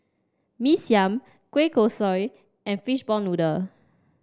Mee Siam Kueh Kosui and Fishball Noodle